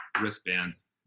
wristbands